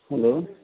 hello